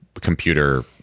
computer